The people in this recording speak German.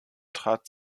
trat